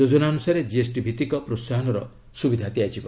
ଯୋଜନା ଅନୁସାରେ ଜିଏସ୍ଟି ଭିଭିକ ପ୍ରୋସାହନର ସୁବିଧା ମିଳିବ